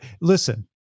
listen